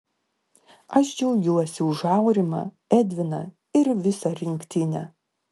aš džiaugiuosi už aurimą edviną ir visą rinktinę